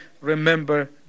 Remember